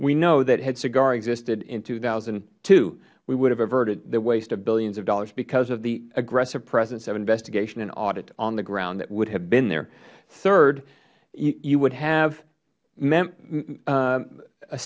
we know that had sigar existed in two thousand and two we would have averted the waste of billions of dollars because of the aggressive presence of investigation and audit on the ground that would have been there third you would